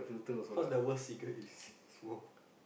what's the worst cigarette you smoke